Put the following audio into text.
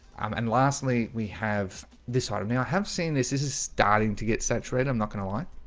um and lastly we have this item now. i have seen this. this is starting to get saturated. i'm not gonna lie